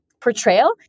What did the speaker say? portrayal